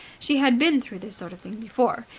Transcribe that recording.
she had been through this sort of thing before.